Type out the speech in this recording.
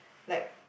like